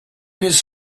his